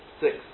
six